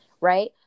right